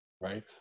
Right